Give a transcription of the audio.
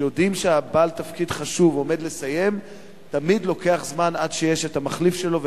שיודעים שבעל תפקיד חשוב עומד לסיים ותמיד לוקח זמן עד שיש מחליף שלו,